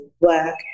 work